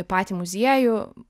patį muziejų